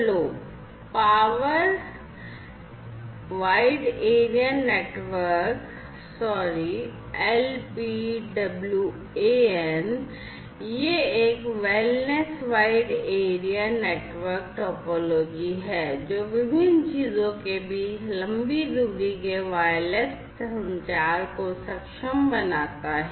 लो power wide area network है जो विभिन्न चीजों के बीच लंबी दूरी के वायरलेस संचार को सक्षम बनाता है